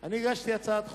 אני הגשתי הצעת חוק,